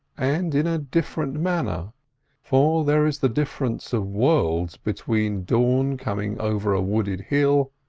and in a different manner for there is the difference of worlds between dawn coming over a wooded hill,